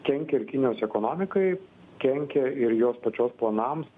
kenkia ir kinijos ekonomikai kenkia ir jos pačios planams